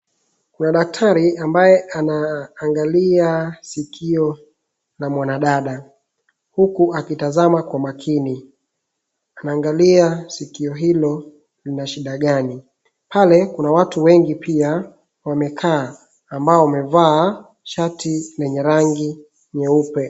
Kuna daktari ambaye anaangalia sikio la mwanadada, huku akitazama kwa makini. Anaangalia sikio hilo lina shida gani. Pale kuna watu wengi pia wamekaa ambao wamevaa shati zenye rangi nyeupe.